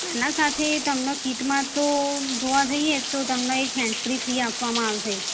એના સાથે તમને કીટમાં તો જોવા જઈએ તો તમને એક હેન્ડ્સ ફ્રી ફ્રી આપવામાં આવશે